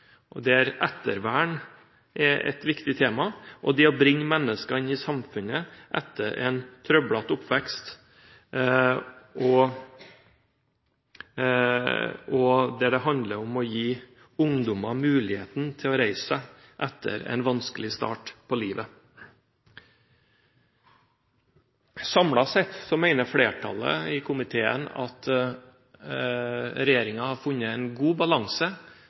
barnevern, der et viktig tema er ettervern og det å bringe mennesker tilbake til samfunnet etter en trøblete oppvekst, og der det handler om å gi ungdommer muligheten til å reise seg etter en vanskelig start på livet. Samlet sett mener flertallet i komiteen at regjeringen har funnet en god balanse